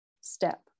step